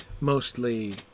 mostly